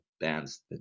bands